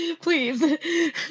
please